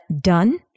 done